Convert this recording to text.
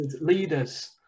leaders